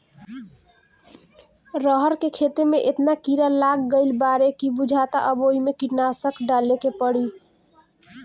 रहर के खेते में एतना कीड़ा लाग गईल बाडे की बुझाता अब ओइमे कीटनाशक डाले के पड़ी